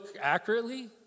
accurately